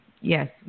yes